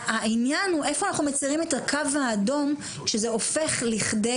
העניין הוא איפה אנחנו מציירים את הקו האדום שזה הופך לכדי